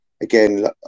again